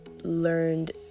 Learned